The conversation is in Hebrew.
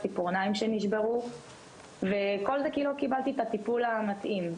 ציפורניים שנשברו וכל זה כי לא קיבלתי את הטיפול המתאים,